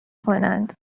کنند